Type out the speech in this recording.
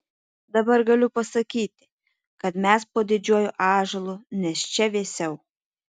dabar galiu pasakyti kad mes po didžiuoju ąžuolu nes čia vėsiau